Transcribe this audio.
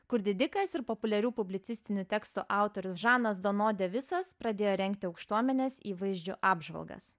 kur didikas ir populiarių publicistinių tekstų autorius žanas donodevisas pradėjo rengti aukštuomenės įvaizdžių apžvalgas